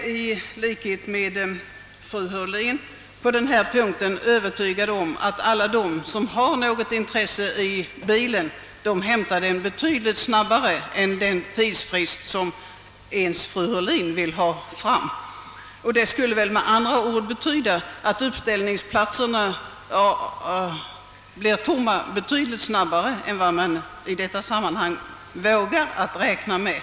I likhet med fru Heurlin är jag på denna punkt övertygad om att alla de som har något intresse av bilen också avhämtar vagnen betydligt snabbare än inom den tidsfrist som t.o.m. fru Heurlin vill ha angiven. Det skulle med andra ord betyda att uppställningsplatsen skulle tömmas betydligt 'snabbare än vad man i detta sammanhang vågar räkna med.